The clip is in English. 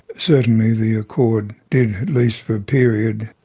certainly the accord did, at least for a period,